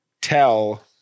tell